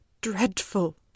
dreadful